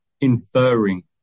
inferring